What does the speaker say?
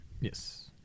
Yes